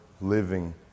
living